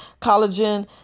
collagen